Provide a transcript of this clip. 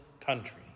country